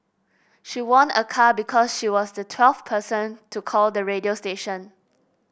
she won a car because she was the twelfth person to call the radio station